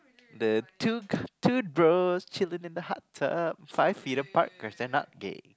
the two two bro chilling on the hot tub five feet apart cause they're not gay